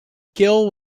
gill